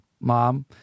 mom